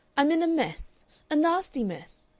i'm in a mess a nasty mess!